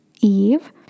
Eve